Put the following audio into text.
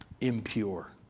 impure